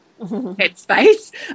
headspace